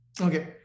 Okay